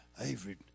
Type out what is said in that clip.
Avery